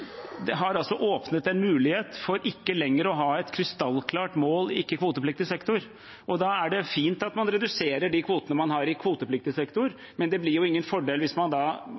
har åpnet en mulighet for ikke lenger å ha et krystallklart mål i ikke-kvotepliktig sektor. Da er det fint at man reduserer de kvotene man har i kvotepliktig sektor, men det blir ingen fordel hvis man